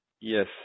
Yes